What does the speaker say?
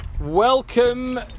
welcome